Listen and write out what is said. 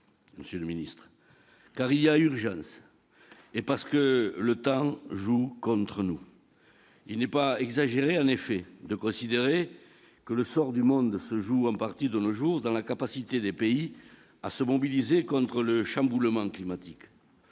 M. le ministre d'État, car il y a urgence et parce que le temps joue contre nous. Il n'est pas exagéré, en effet, de considérer que le sort du monde se joue en partie, de nos jours, dans la capacité des pays à se mobiliser contre le chamboulement climatique.